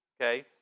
okay